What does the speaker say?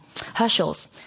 Herschel's